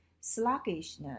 sluggishness